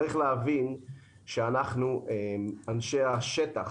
צריך להבין שאנחנו אנשי השטח,